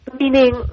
Meaning